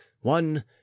one